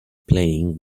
playing